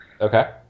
Okay